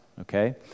okay